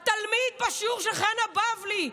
התלמיד בשיעור של חנה בבלי,